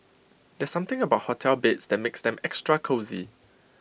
there's something about hotel beds that makes them extra cosy